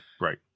right